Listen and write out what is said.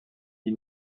die